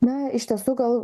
na iš tiesų gal